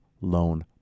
loan